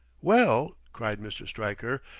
well! cried mr. stryker,